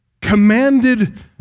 Commanded